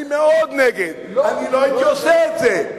אני מאוד נגד, אני לא הייתי עושה את זה,